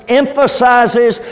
emphasizes